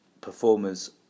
performers